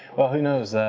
well who knows,